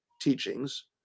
teachings